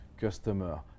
customer